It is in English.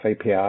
API